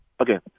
Okay